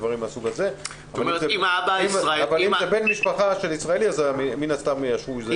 דברים מן הסוג הזה אם זה בן משפחה של ישראלי מן הסתם יאשרו את זה.